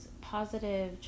positive